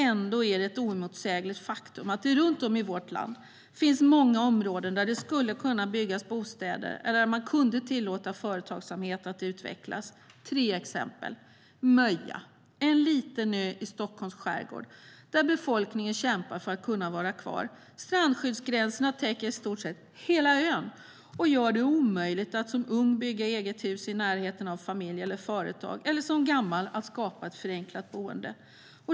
Ändå är det ett oemotsägligt faktum att det runt om i vårt land finns många områden där det skulle kunna byggas bostäder eller där man kunde tillåta företagsamhet att utvecklas. Jag vill ge tre exempel. Det första är Möja, en liten ö i Stockholms skärgård där befolkningen kämpar för att kunna vara kvar. Strandskyddsgränserna täcker i stort sett hela ön och gör det omöjligt att som ung bygga eget hus i närheten av familj eller företag eller som gammal att skapa ett förenklat boende.